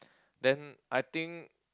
then I think